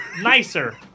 nicer